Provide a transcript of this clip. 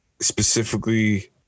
specifically